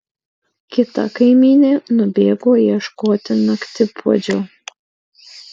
kita kaimynė nubėgo ieškoti naktipuodžio